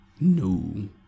No